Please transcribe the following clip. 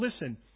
listen